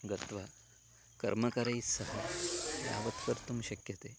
गत्वा कर्मकरैः सह यावत् कर्तुं शक्यते